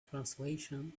translation